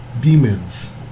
Demons